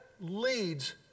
leads